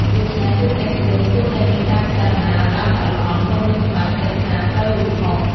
ដូច្នេះ ទស្សនិកជនគួរតែមានការពិចារណាឲ្យបានល្អិតល្អន់មុននឹងសម្រេចចិត្តថាត្រូវឬខុស។